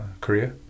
Korea